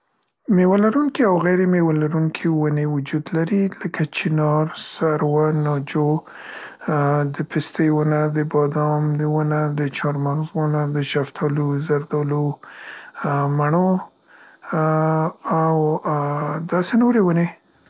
میوه لرونکې او غیرمیوه لرونکې ونې وجود لري لکه چنار، سروه، ناجو، ا، د پستې ونه، د بادام ونه د چارمغز ونه د شفتالو، زردالو، مڼو او، ا، داسې نورې ونې.